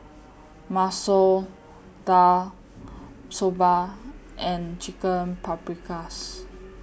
Masoor Dal Soba and Chicken Paprikas